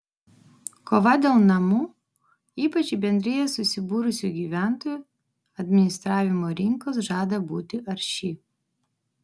kova dėl namų ypač į bendrijas susibūrusių gyventojų administravimo rinkos žada būti arši